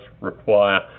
require